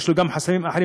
יש לו גם חסמים אחרים,